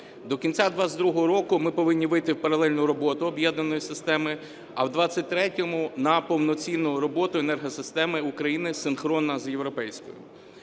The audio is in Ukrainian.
До кінця 22-го року ми повинні вийти в паралельну роботу об'єднаної системи, а в 23-му на повноцінну роботу енергосистеми України синхронно з європейською.